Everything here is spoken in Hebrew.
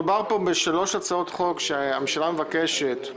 מדובר בשלוש הצעות חוק שהממשלה מבקשת,